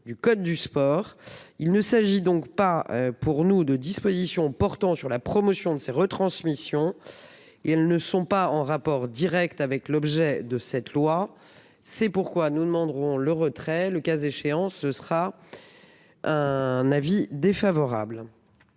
du code du sport. Il ne s'agit donc pas pour nous de dispositions portant sur la promotion de ces retransmissions. Ils ne sont pas en rapport Direct avec l'objet de cette loi. C'est pourquoi nous demanderons le retrait, le cas échéant, ce sera. Un avis défavorable.